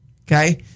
okay